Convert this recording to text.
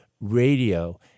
radio